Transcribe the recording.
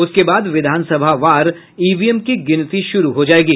उसके बाद विधानसभा बार ईवीएम की गिनती शुरू हो जायेगी